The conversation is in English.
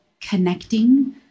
connecting